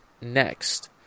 next